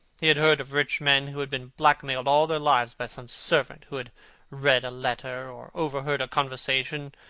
he had heard of rich men who had been blackmailed all their lives by some servant who had read a letter, or overheard a conversation,